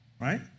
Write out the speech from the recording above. Right